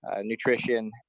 nutrition